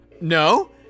No